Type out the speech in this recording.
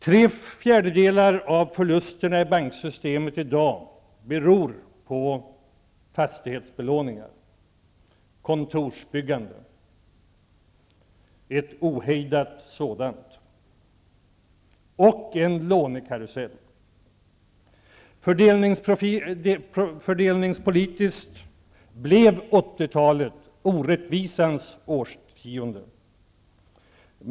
Tre fjärdedelar av förlusterna i banksystemet i dag beror på fastighetsbelåning, ett ohejdat kontorsbyggande och en lånekarusell. Fördelningspolitiskt blev 80-talet orättvisans årtionde.